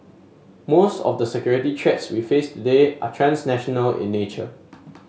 most of the security threats we face today are transnational in nature